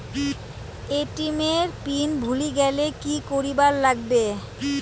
ATM এর PIN ভুলি গেলে কি করিবার লাগবে?